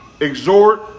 exhort